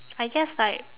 I guess like